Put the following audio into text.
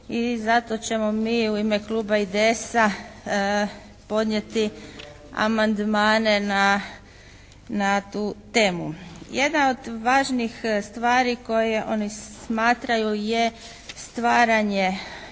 I zato ćemo mi u ime Kluba IDS-a podnijeti amandmane na tu temu. Jedna od važnih stvari koje oni smatraju je stvaranje